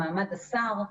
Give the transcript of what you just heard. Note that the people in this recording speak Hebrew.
במעמד השר,